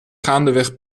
gaandeweg